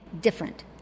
different